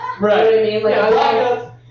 Right